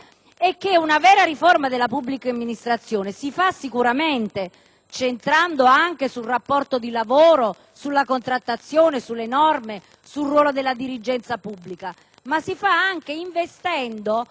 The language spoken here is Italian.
è che una vera riforma della pubblica amministrazione si fa centrando l'attenzione sul rapporto di lavoro, sulla contrattazione, sulle norme, sul ruolo della dirigenza pubblica, ma anche investendo